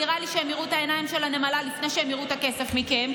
נראה לי שהם ייראו את העיניים של הנמלה לפני שהם ייראו את הכסף מכם,